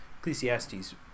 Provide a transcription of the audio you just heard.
Ecclesiastes